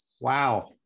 Wow